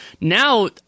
now